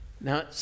Now